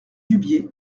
dubié